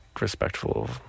respectful